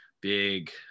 Big